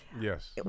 yes